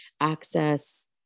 access